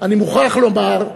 אני מוכרח לומר,